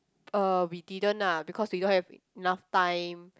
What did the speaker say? uh we didn't lah because we don't have enough time